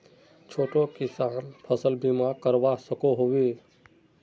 छोटो किसान फसल बीमा करवा सकोहो होबे?